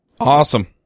Awesome